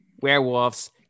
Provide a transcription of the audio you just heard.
werewolves